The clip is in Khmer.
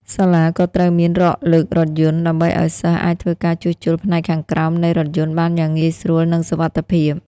សាលាក៏ត្រូវមាន រ៉កលើករថយន្ត ដើម្បីឱ្យសិស្សអាចធ្វើការជួសជុលផ្នែកខាងក្រោមនៃរថយន្តបានយ៉ាងងាយស្រួលនិងសុវត្ថិភាព។